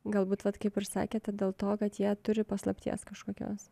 galbūt vat kaip ir sakėte dėl to kad jie turi paslapties kažkokios